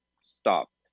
stopped